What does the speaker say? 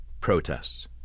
protests